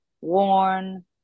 worn